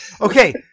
Okay